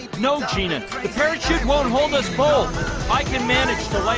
no gina richard won't hold us both i to like